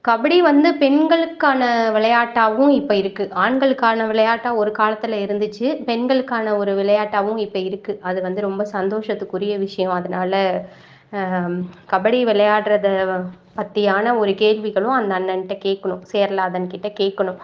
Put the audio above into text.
கபடி வந்து பெண்களுக்கான விளையாட்டாகவும் இப்போ இருக்குது ஆண்களுக்கான விளையாட்டாக ஒரு காலத்தில் இருந்துச்சு பெண்களுக்கான ஒரு விளையாட்டாகவும் இப்போ இருக்குது அது வந்து ரொம்ப சந்தோஷத்துக்குரிய விஷயம் அதனால கபடி விளையாட்றத பற்றியான ஒரு கேள்விகளும் அந்த அண்ணன்ட்ட கேட்கணும் சேரலாதன் கிட்டே கேட்கணும்